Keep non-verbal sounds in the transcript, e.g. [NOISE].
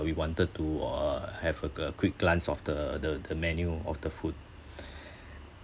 we wanted to uh have a a quick glance of the the the menu of the food [BREATH]